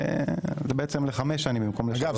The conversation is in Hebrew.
זה בעצם לחמש שנים במקום לשלוש שנים.